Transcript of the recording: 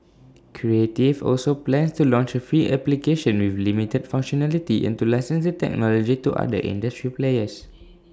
creative also plans to launch A free application with limited functionality and to license the technology to other industry players